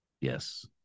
Yes